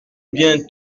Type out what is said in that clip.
bien